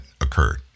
occurred